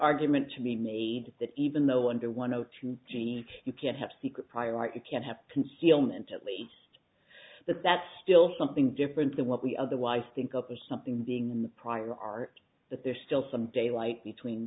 argument to be made that even though under one o two g s you can't have secret prior like you can't have concealment at least that that's still something different than what we otherwise think up as something being the prior art that there's still some daylight between